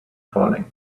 falling